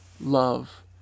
love